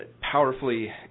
powerfully